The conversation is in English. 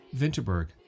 Winterberg